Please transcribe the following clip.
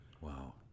Wow